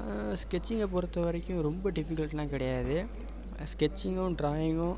ஆனால் ஸ்கெட்ச்சிங்கை பொறுத்தவரைக்கும் ரொம்ப டிஃபிக்கல்ட்டுலாம் கிடையாது ஸ்கெட்ச்சிங்கும் ட்ராயிங்கும்